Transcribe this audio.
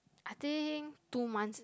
I think two months